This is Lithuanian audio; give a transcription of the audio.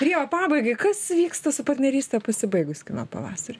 ir jo pabaigai kas vyksta su partneryste pasibaigus kino pavasariui